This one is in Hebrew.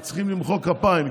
צריך למחוא כפיים,